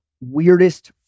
weirdest